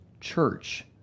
church